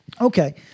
Okay